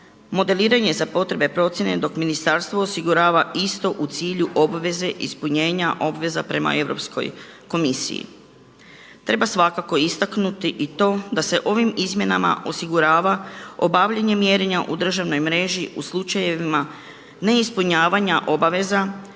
Modeliranje za potrebe procjene dok ministarstvo osigurava isto u cilju obveze ispunjenja obveza prema Europskoj komisiji. Treba svakako istaknuti i to da se ovim izmjenama osigurava obavljanje mjerenja u državnoj mreži u slučajevima neispunjavanja obaveza